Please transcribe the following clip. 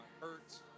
hurts